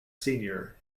senior